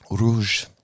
Rouge